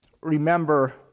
remember